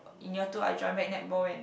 in year two I joined back netball when